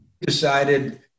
decided